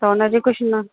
त हुनजो कुझु न